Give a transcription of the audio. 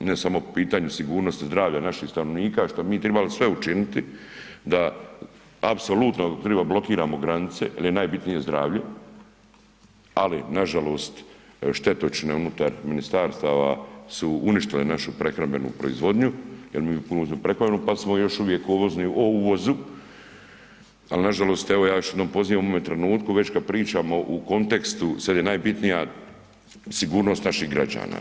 Ne samo po pitanju sigurnosti zdravlja naših stanovnika što bi mi tribali sve učiniti da apsolutno blokiramo granice jer je najbitnije zdravlje, ali nažalost štetočine unutar minisatrstava su uništile našu prehrambenu proizvodnju, jer mi uvozimo prehranu pa smo još uvijek ovisni o uvozu, ali nažalost ja još jednom pozivam u ovome trenutku već kad pričamo u kontekstu sad je najbitnija sigurnost naših građana.